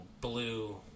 blue